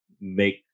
make